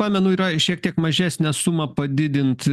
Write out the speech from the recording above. pamenu yra šiek tiek mažesnę sumą padidint